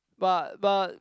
but but